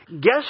Guess